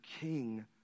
king